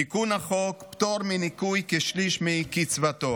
תיקון החוק: פטור מניכוי כשליש מקצבתו.